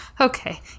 Okay